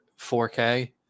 4K